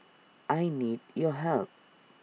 I need your help